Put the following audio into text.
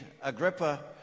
Agrippa